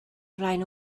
flaen